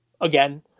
Again